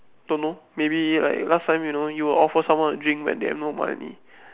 don't know maybe like last time you know you offer someone a drink when they have no money